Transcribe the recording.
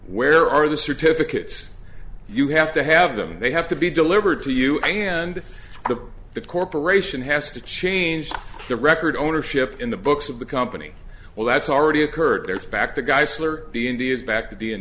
where are the certificates you have to have them they have to be delivered to you and to the corporation has to change the record ownership in the books of the company well that's already occurred there it's back to geissler the indias back to